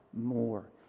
more